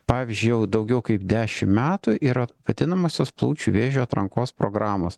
pavyzdžiui jau daugiau kaip dešim metų yra vadinamosios plaučių vėžio atrankos programos